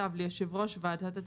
חקיקה ליישום המדיניות הכלכלית לשנות